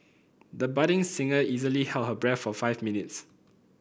the budding singer easily held her breath for five minutes